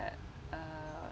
uh